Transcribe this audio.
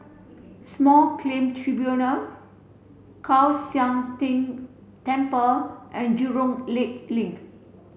Small Claim Tribunal Kwan Siang Tng Temple and Jurong Lake Link